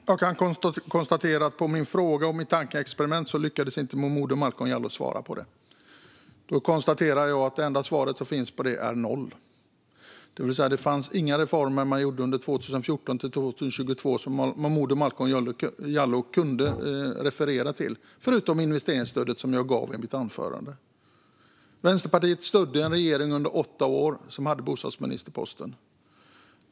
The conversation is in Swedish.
Herr talman! Låt mig konstatera att på frågan om mitt tankeexperiment lyckades Malcolm Momodou Jallow inte svara. Det enda svar som finns är faktiskt noll. Det finns nämligen inga reformer under 2014-2022 som Malcolm Momodou Jallow skulle kunna referera till, förutom investeringsstödet, som jag tog upp i mitt anförande. Vänsterpartiet stödde en regering under åtta år som hade denna bostadspolitik.